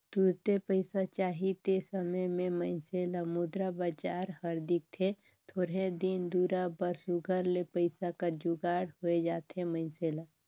तुरते पइसा चाही ते समे में मइनसे ल मुद्रा बजार हर दिखथे थोरहें दिन दुरा बर सुग्घर ले पइसा कर जुगाड़ होए जाथे मइनसे ल